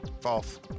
False